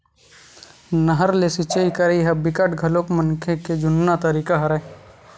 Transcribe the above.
नहर ले सिचई करई ह बिकट घलोक मनखे के जुन्ना तरीका हरय